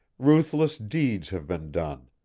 ruthless deeds have been done,